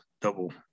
double